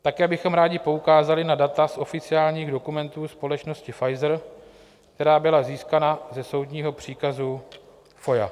Také bychom rádi poukázali na data z oficiálních dokumentů společnosti Pfizer, která byla získána ze soudního příkazu FOIA.